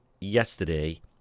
yesterday